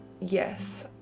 Yes